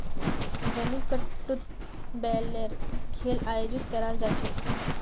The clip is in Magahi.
जलीकट्टूत बैलेर खेल आयोजित कराल जा छेक